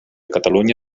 catalunya